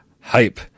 hype